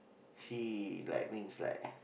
he like means like